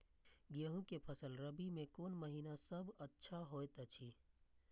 गेहूँ के फसल रबि मे कोन महिना सब अच्छा होयत अछि?